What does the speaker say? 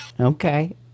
Okay